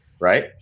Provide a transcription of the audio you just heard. right